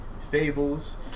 fables